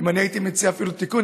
אם אני הייתי מציע אפילו תיקון,